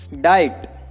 Diet